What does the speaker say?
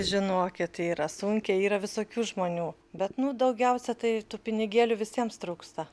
žinokit yra sunkiai yra visokių žmonių bet nu daugiausia tai tų pinigėlių visiems trūksta